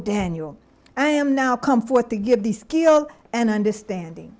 daniel i am now come forth to give the skill and understanding